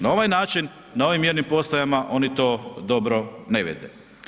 Na ovaj način, na ovim mjernim postajama oni to dobro ne vide.